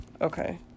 okay